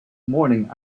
morning